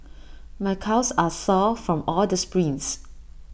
my calves are sore from all the sprints